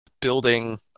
building